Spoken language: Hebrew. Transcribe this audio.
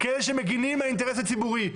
כן שמגנים על האינטרס הציבורי.